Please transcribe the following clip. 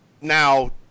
Now